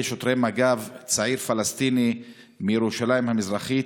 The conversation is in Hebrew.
שוטרי מג"ב צעיר פלסטיני מירושלים המזרחית,